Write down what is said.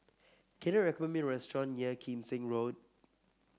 can you recommend me restaurant near Kim Seng Road